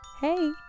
hey